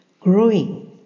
growing